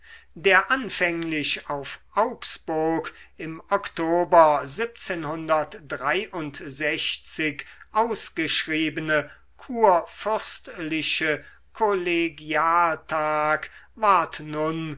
der anfänglich auf augsburg im oktober ausgeschriebene kurfürstliche kollegialtag ward